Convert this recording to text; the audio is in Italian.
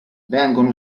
vengono